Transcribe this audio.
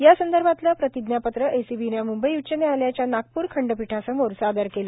या संदर्भातलं प्रतिज्ञापत्र एसीबीनं मुंबई उच्च न्यायालयाच्या नागपूर खंडपीठासमोर सादर केलं